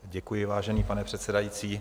Děkuji, vážený pane předsedající.